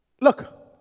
Look